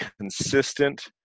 consistent